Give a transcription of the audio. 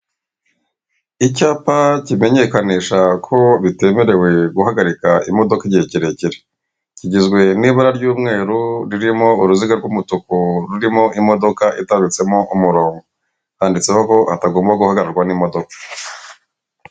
Icyapa kimenyekanisha ko bitemerewe guhagarika imodoka igihe kirekire. Kigizwe n'ibara ry'umweru, ririmo uruziga rw'umutuku rurimo imodoka ipatsemo umurongo. Handitseho ko hatagomba guhagararwa n'imodoka.